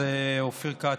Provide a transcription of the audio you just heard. אז אופיר כץ,